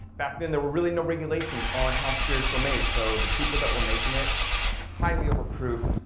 back then there were really no regulations on how spirits were made. so, the people that were making it highly over proofed,